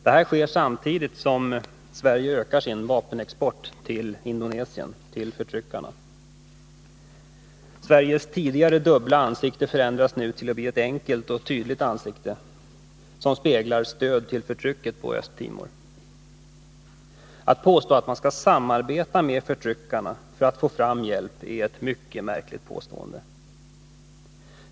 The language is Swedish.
Detta sker samtidigt som Sverige ökar sin vapenexport till Indonesien, till förtryckarna. Sveriges tidigare dubbla ansikte förändras nu till ett enkelt och tydligt ansikte, som speglar stöd till förtrycket på Östtimor. Att man måste samarbeta med förtryckarna för att få fram hjälp är ett mycket märkligt påstående.